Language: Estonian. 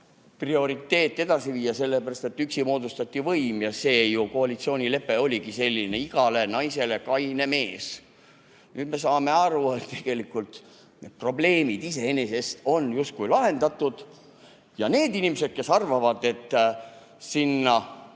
prioriteeti edasi viia, sellepärast et võim moodustati üksi ja koalitsioonilepe ju oligi selline, et igale naisele kaine mees. Nüüd me saame aru, et probleemid iseenesest on justkui lahendatud. Ja need inimesed, kes arvavad, et